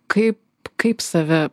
kaip kaip save